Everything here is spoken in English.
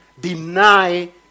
deny